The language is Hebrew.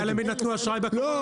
אתה יודע למי נתנו אשראי בקורונה?